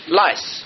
lice